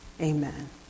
Amen